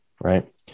right